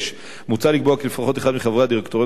6. מוצע לקבוע כי לפחות אחד מחברי הדירקטוריון